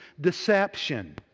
deception